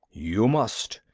you must.